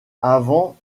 avant